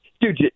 Dude